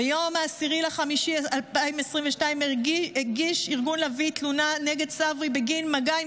ביום 10 במאי 2022 הגיש ארגון לביא תלונה נגד צברי בגין מגע עם